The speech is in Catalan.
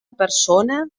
persona